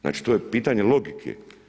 Znači, to je pitanje logike.